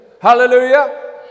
Hallelujah